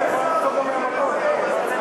ניסן.